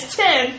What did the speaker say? ten